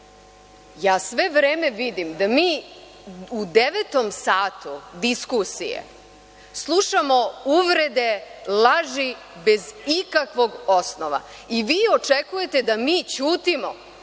Svre vreme vidim da mi u devetom satu diskusije slušamo uvrede, laži, bez ikakvog osnova i vi očekujete da mi ćutimo,